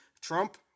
Trump